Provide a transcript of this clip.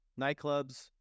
nightclubs